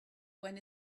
when